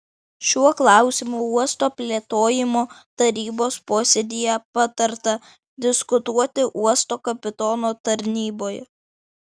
šiuo klausimu uosto plėtojimo tarybos posėdyje patarta diskutuoti uosto kapitono tarnyboje